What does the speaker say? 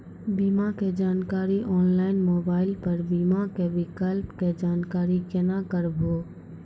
बीमा के जानकारी ऑनलाइन मोबाइल पर बीमा के विकल्प के जानकारी केना करभै?